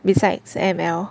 besides M_L